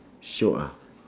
shiok ah